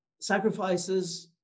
sacrifices